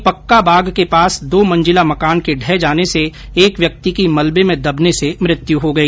वहीं पक्का बाग के पास दो मंजिला मकान के ढह जाने से एक व्यक्ति की मलबे में दबने से मृत्यु हो गई